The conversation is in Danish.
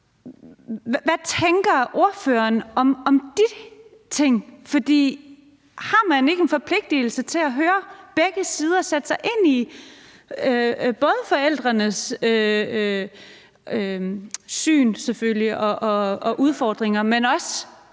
hvad tænker ordføreren om de ting? Har man ikke en forpligtelse til at høre begge sider og både sætte sig ind i forældrenes syn og udfordringer, men også